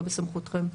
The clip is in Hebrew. לא בסמכותכם?